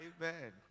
Amen